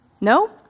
No